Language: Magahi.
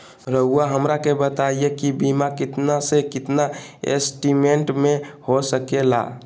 रहुआ हमरा के बताइए के बीमा कितना से कितना एस्टीमेट में हो सके ला?